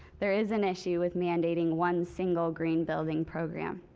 there is an issue with mandating one single green building program.